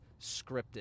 scripted